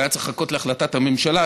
הוא היה צריך לחכות להחלטת הממשלה,